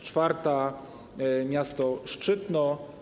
Czwarta - miasto Szczytno.